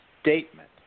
statement